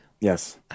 Yes